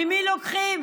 ממי לוקחים?